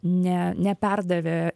ne neperdavė